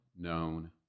known